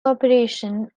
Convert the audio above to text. operation